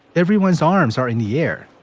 everyone's arms are in the air,